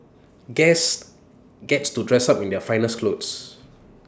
guests gets to dress up in their finest clothes